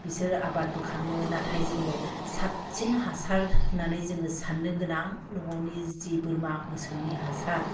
बिसोरो आबाद बोखाङो नाथाय जोङो साबसिन हासार होननानै जोङो साननो गोनां न'आवनि जि बोरमा मोसौनि हासार